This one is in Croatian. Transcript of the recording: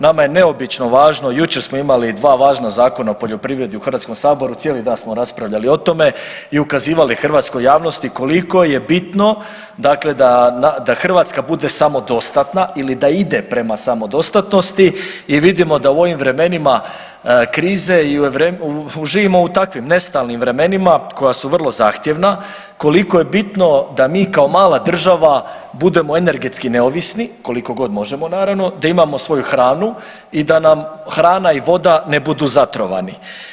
Nama je neobično važno, jučer smo imali dva važna Zakona o poljoprivredi u HS, cijeli dan smo raspravljali o tome i ukazivali hrvatskoj javnosti koliko je bitno dakle da Hrvatska bude samodostatna ili da ide prema samodostatnosti i vidimo da u ovim vremenima krize, živimo u takvim nestalnim vremenima koja su vrlo zahtjevna, koliko je bitno da mi kao mala država budemo energetski neovisni koliko god možemo naravno, da imamo svoju hranu i da nam hrana i voda ne budu zatrovani.